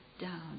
down